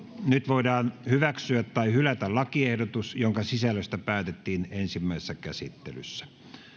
nyt voidaan hyväksyä tai hylätä lakiehdotus jonka sisällöstä päätettiin ensimmäisessä käsittelyssä